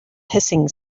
hissing